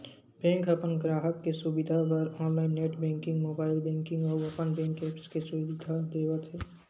bank ह अपन गराहक के सुबिधा बर online net banking, mobile banking अउ अपन बेंक के ऐप्स के सुबिधा देवत हे